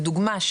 לדוגמא,